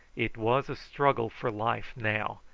it was a struggle for life now,